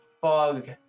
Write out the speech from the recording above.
fog